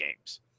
games